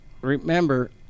remember